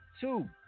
Two